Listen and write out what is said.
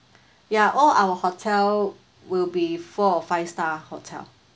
ya all our hotel will be four or five star hotel